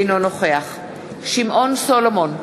אינו נוכח שמעון סולומון,